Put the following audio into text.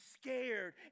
scared